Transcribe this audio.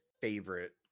favorite